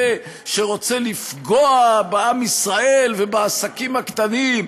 שרוצה לפגוע בעם ישראל ובעסקים הקטנים,